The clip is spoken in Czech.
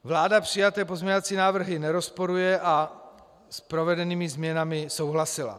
Vláda přijaté pozměňovací návrhy nerozporuje a s provedenými změnami souhlasila.